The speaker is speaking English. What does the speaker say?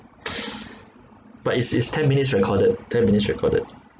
but it's it's ten minutes recorded ten minutes recorded